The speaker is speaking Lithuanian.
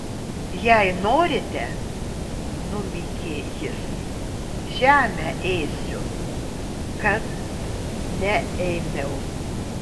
jei norite numykė jis žemę ėsiu kad neėmiau